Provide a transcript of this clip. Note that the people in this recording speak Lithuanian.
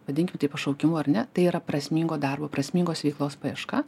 vadinkim tai pašaukimu ar ne tai yra prasmingo darbo prasmingos veiklos paieška